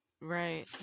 right